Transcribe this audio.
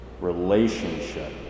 Relationship